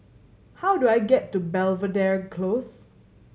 how do I get to Belvedere Close